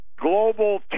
Global